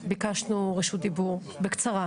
ביקשנו רשות דיבור, בקצרה.